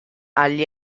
agli